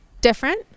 different